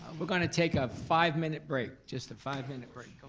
we're gonna take a five minute break, just a five minute break,